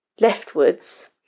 leftwards